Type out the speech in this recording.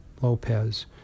Lopez